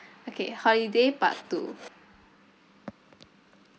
okay holiday part two